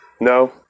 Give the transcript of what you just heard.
No